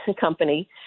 company